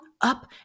up